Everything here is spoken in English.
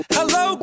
Hello